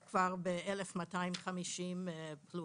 אנחנו כבר ב-1,250 פלוס.